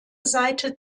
seite